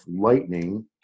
lightning